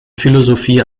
philosophie